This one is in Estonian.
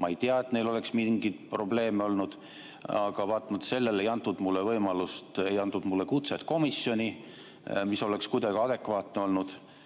ma ei tea, et neil oleks mingeid probleeme olnud, aga vaatamata sellele ei antud mulle võimalust, ei antud mulle kutset komisjoni, mis oleks kuidagi adekvaatne olnud.